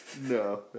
No